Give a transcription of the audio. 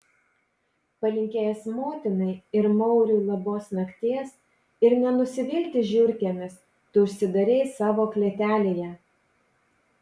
palinkėjęs motinai ir mauriui labos nakties ir nenusivilti žiurkėmis tu užsidarei savo klėtelėje